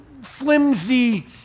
flimsy